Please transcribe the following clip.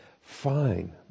fine